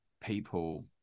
people